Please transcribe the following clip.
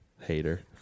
Hater